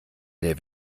der